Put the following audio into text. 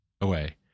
away